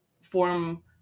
form